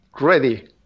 Ready